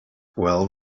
well